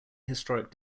historic